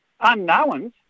unknowns